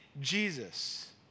Jesus